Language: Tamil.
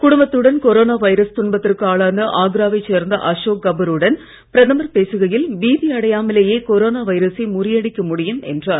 குடும்பத்துடன் கொரோனா வைரஸ் துன்பத்திற்கு ஆளான ஆக்ராவை சேர்ந்த அசோக் கபுருடன் பிரதமர் பேசுகையில் பீதி அடையாமலேயே கொரோனா வைரசை முறியடிக்க முடியும் என்றார்